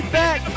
back